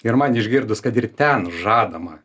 ir man išgirdus kad ir ten žadama